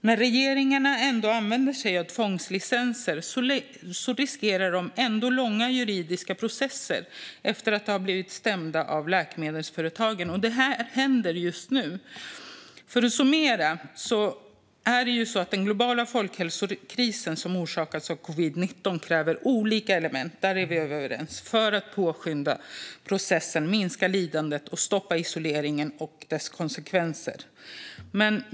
När regeringarna använder sig av tvångslicenser riskerar de ändå långa juridiska processer efter att ha blivit stämda av läkemedelsföretagen. Det händer just nu. För att summera kräver den globala folkhälsokrisen som orsakats av covid-19 olika element - där är vi överens - för att påskynda processen, minska lidandet och stoppa isoleringen och dess konsekvenser.